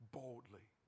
boldly